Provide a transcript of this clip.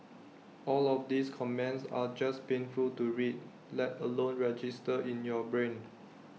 all of these comments are just painful to read let alone register in your brain